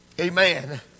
Amen